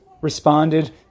responded